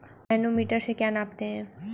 Manometer से क्या नापते हैं?